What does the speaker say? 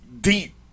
deep